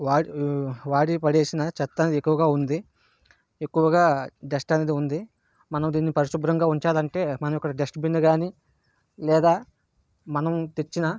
వా వాడి పడేసిన చెత్త ఎక్కువగా ఉంది ఎక్కువగా డెస్ట్ అనేది ఉంది మనం దీని పరిశుభ్రంగా ఉంచాలంటే మనం ఇక్కడ డస్ట్ బిన్ కానీ లేదా మనం తెచ్చిన